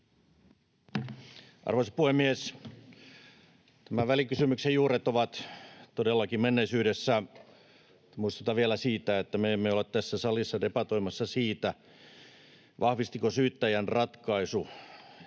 Arvoisa puhemies! Tämän välikysymyksen juuret ovat todellakin menneisyydessä. Muistutan vielä siitä, että me emme ole tässä salissa debatoimassa siitä, vahvistiko syyttäjän ratkaisu